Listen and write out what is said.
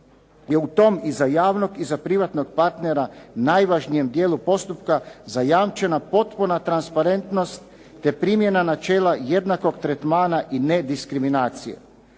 je u tom i za javnog i za privatnog partnera najvažnijem dijelu postupka zajamčena potpuna transparentnost, te primjena načela jednakog tretmana i nediskriminacije.